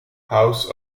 house